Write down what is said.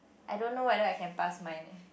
I don't know whether I can pass mine eh